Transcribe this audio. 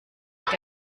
dort